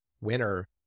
winner